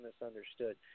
misunderstood